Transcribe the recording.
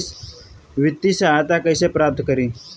वित्तीय सहायता कइसे प्राप्त करी?